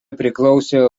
priklausė